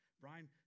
Brian